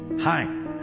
Hi